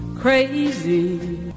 Crazy